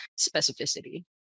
specificity